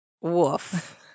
Woof